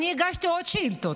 אני הגשתי עוד שאילתות.